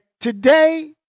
today